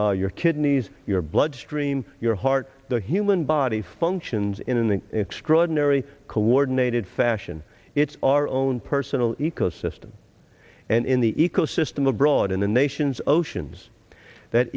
your kidneys your bloodstream your heart the human body functions in an extraordinary coordinated fashion it's our own personal ecosystem and in the ecosystem abroad in the nation's oceans that